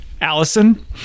Allison